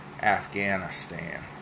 Afghanistan